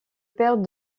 père